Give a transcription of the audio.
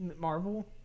Marvel